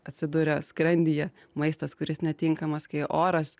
atsiduria skrandyje maistas kuris netinkamas kai oras